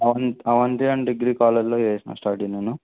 అవంత్ Avanti and degree కాలేజీలో చేసినాను study నేను